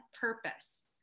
purpose